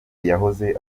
yahoze